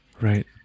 right